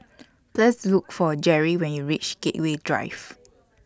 Please Look For Jerri when YOU REACH Gateway Drive